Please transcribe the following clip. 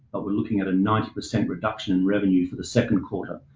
i've been looking at a ninety percent reduction in revenue for the second quarter.